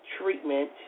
treatment